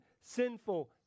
sinful